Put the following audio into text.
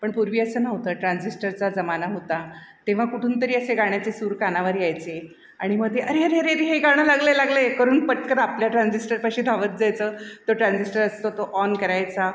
पण पूर्वी असं नव्हतं ट्रान्झिस्टरचा जमाना होता तेव्हा कुठून तरी असे गाण्याचे सूर कानावर यायचे आणि मग ते अरे अरे अरे हे गाणं लागलं आहे लागलं आहे करून पटकन आपल्या ट्रान्झिस्टरपाशी धावत जायचं तो ट्रान्झिस्टर असतो तो ऑन करायचा